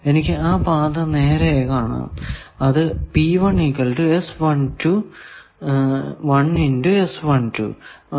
എനിക്ക് ആ പാത നേരെ കാണാം അത് ആണ്